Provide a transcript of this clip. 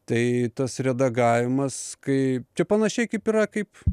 tai tas redagavimas kaip čia panašiai kaip yra kaip